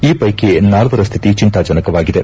ಈ ಪೈಕಿ ನಾಲ್ವರ ಸ್ವಿತಿ ಚಿಂತಾಜನಕವಾಗಿದೆ